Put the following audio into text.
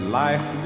life